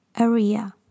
area